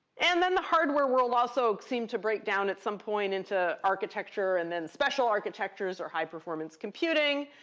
and then the hardware world also seemed to break down at some point into architecture, and then special architectures, or high performance computing.